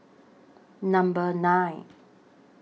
Number nine